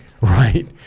right